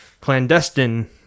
clandestine